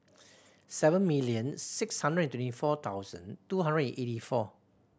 seven million six hundred twenty four thousand two hundred and eighty four